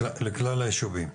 לכלל הישובים.